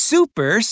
Super